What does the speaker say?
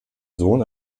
sohn